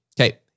Okay